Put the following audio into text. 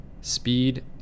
speed